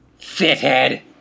Fithead